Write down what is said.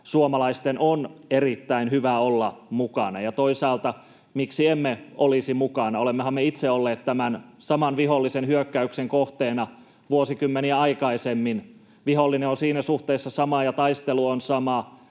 suomalaisten on erittäin hyvä olla mukana. Ja toisaalta, miksi emme olisi mukana? Olemmehan me itse olleet tämän saman vihollisen hyökkäyksen kohteena vuosikymmeniä aikaisemmin. Vihollinen on siinä suhteessa sama ja taistelu on sama